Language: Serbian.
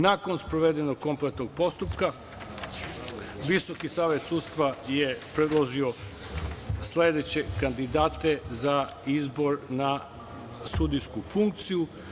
Nakon sprovedenog kompletnog postupka VSS je predložio sledeće kandidate za izbor na sudijsku funkciju.